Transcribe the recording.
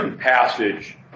passage